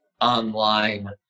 online